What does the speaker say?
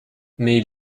mais